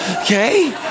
Okay